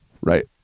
Right